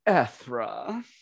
Ethra